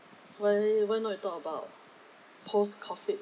why why not you talk about post COVID